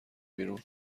بیرون